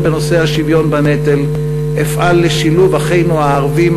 בנושא השוויון בנטל אפעל לשילוב אחינו הערבים,